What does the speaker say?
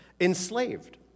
enslaved